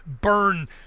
burn